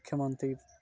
ମୁଖ୍ୟମନ୍ତ୍ରୀ